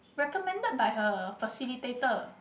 recommended by her facilitator